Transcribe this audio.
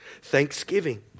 Thanksgiving